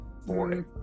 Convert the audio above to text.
morning